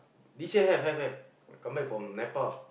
this year have have have when I come back from Nepal